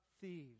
thieves